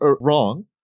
wrong